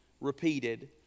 repeated